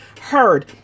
heard